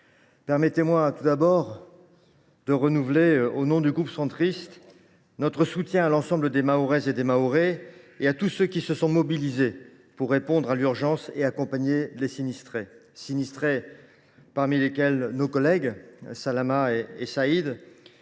Permettez moi tout d’abord de renouveler, au nom du groupe Union Centriste, notre soutien à l’ensemble des Mahoraises et des Mahorais et à tous ceux qui se sont mobilisés pour répondre à l’urgence et accompagner les sinistrés. Parmi les sinistrés, on trouve nos collègues Salama Ramia